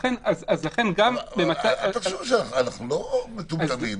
אנחנו לא מטומטמים.